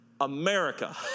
America